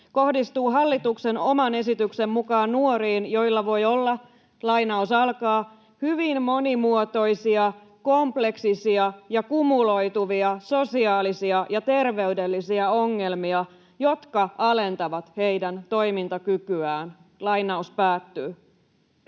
kohdistuu hallituksen oman esityksen mukaan nuoriin, joilla voi olla ”hyvin monimuotoisia, kompleksisia ja kumuloituvia sosiaalisia ja terveydellisiä ongelmia, jotka alentavat heidän toimintakykyään”. Kun tämän